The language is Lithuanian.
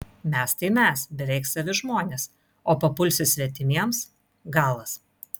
mes tai mes beveik savi žmonės o papulsi svetimiems galas